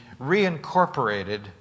reincorporated